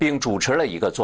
being tortured or you go to